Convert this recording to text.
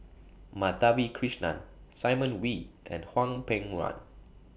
Madhavi Krishnan Simon Wee and Hwang Peng Yuan